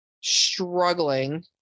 struggling